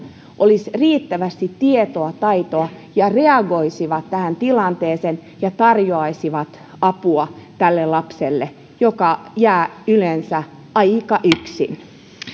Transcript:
olisi riittävästi tietoa taitoa ja että he reagoisivat tähän tilanteeseen ja tarjoaisivat apua tälle lapselle joka jää yleensä aika yksin